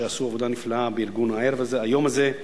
שעשו עבודה נפלאה בארגון היום הזה.